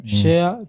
share